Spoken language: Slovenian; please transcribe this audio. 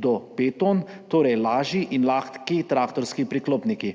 do pet ton, torej lažji in lahki traktorski priklopniki.